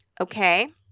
Okay